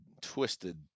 twisted